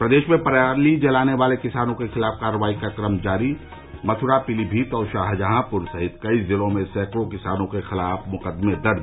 प्रदेश में पराली जलाने वाले किसानों के खिलाफ कार्रवाई का क्रम जारी मथुरा पीलीभीत और शाहजहांपुर सहित कई जिलों में सैकड़ों किसानों के खिलाफ मुकदमे दर्ज